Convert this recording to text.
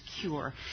cure